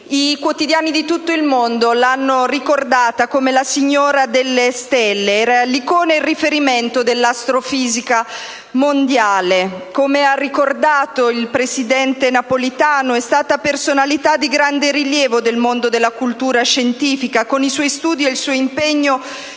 i quotidiani di tutto il mondo l'hanno ricordata come la signora delle stelle. Era l'icona e il riferimento dell'astrofisica mondiale. Come ha dichiarato il presidente Napolitano, è stata personalità di grande rilievo del mondo della cultura scientifica. Con i suoi studi e il suo impegno